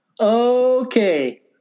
Okay